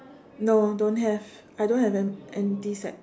no don't have I don't have emp~ empty sack